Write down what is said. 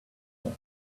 more